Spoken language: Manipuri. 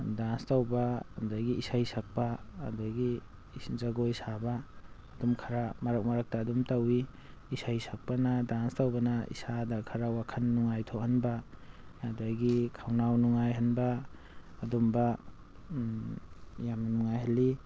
ꯗꯥꯟꯁ ꯇꯧꯕ ꯑꯗꯒꯤ ꯏꯁꯩ ꯁꯛꯄ ꯑꯗꯒꯤ ꯖꯒꯣꯏ ꯁꯥꯕ ꯑꯗꯨꯝ ꯈꯔ ꯃꯔꯛ ꯃꯔꯛꯇ ꯑꯗꯨꯝ ꯇꯧꯋꯤ ꯏꯁꯩ ꯁꯛꯄꯅ ꯗꯥꯟꯁ ꯇꯧꯕꯅ ꯏꯁꯥꯗ ꯈꯔ ꯋꯥꯈꯜ ꯅꯨꯡꯉꯥꯏꯊꯣꯛꯍꯟꯕ ꯑꯗꯒꯤ ꯈꯧꯅꯥꯎ ꯅꯨꯡꯉꯥꯏꯍꯟꯕ ꯑꯗꯨꯝꯕ ꯌꯥꯝ ꯅꯨꯡꯉꯥꯏꯍꯜꯂꯤ